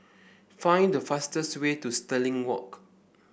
find the fastest way to Stirling Walk